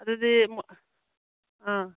ꯑꯗꯨꯗꯤ ꯑꯥ